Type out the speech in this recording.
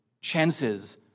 chances